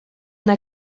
una